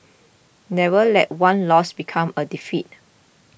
never let one loss become a defeat